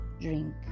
Drink